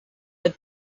had